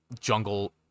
jungle